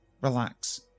relax